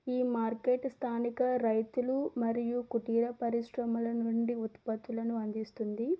ఈ మార్కెట్ స్థానిక రైతులు మరియు కుటీరా పరిశ్రమలనుండి ఉత్పత్తులను అందిస్తుంది